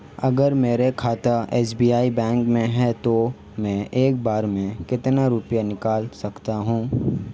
अगर मेरा खाता एस.बी.आई बैंक में है तो मैं एक बार में कितने रुपए निकाल सकता हूँ?